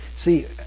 see